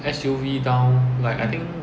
S_U_V down like I think